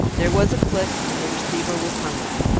there was a click, and the receiver was hung up.